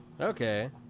Okay